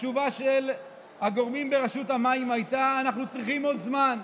התשובה של הגורמים ברשות המים הייתה: אנחנו צריכים עוד זמן.